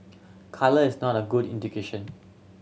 colour is not a good indication